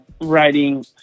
writing